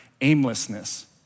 aimlessness